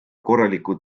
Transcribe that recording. korraliku